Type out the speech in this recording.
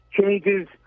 changes